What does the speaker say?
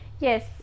Yes